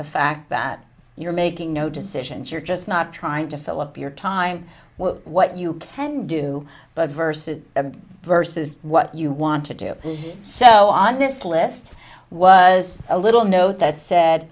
the fact that you're making no decisions you're just not trying to fill up your time what you can do but verses a verse is what you want to do so on this list was a little note that said